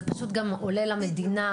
זה פשוט גם עולה למדינה,